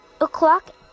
o'clock